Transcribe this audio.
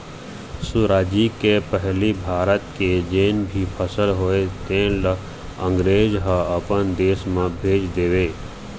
सुराजी के पहिली भारत के जेन भी फसल होवय तेन ल अंगरेज ह अपन देश म भेज देवय